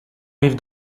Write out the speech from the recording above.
rive